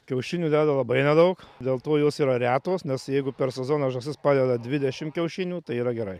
kiaušinių deda labai nedaug dėl to jos yra retos nes jeigu per sezoną žąsis padeda dvidešimt kiaušinių tai yra gerai